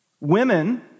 Women